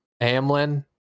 Hamlin